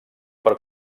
per